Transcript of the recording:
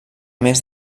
més